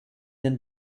den